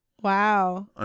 Wow